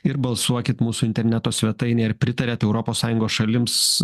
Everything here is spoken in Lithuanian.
ir balsuokit mūsų interneto svetainėj ar pritariat europos sąjungos šalims